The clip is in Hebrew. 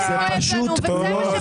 זה מה שכואב לנו וזה מה שמפחיד אותנו.